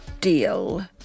deal